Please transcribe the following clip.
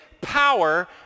power